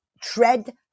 tread